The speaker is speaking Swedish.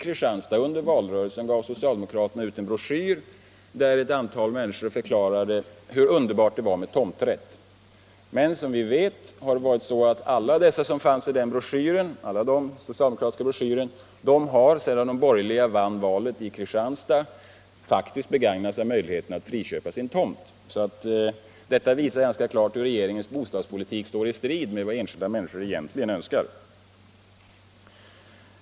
I Kristianstad gav socialdemokraterna under valrörelsen ut en broschyr, där ett antal människor förklarade hur underbart det var med tomträtt. Men som vi vet har alla dessa som fanns med i den socialdemokratiska broschyren, sedan de borgerliga vann valet i Kristianstad, faktiskt begagnat möjligheten att friköpa sin tomt. Detta visar ganska klart hur regeringens bostadspolitik står i strid med vad enskilda människor egentligen önskar.